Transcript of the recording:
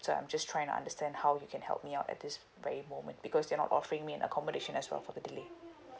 so I'm just trying to understand how you can help me out at this very moment because they're not offering me an accommodation as well for the delay